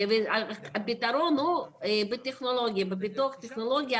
הפיתרון הוא בפיתוח טכנולוגיה,